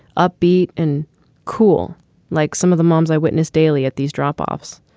upbeat and cool like some of the moms i witnessed daily at these drop offs.